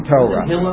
Torah